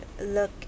look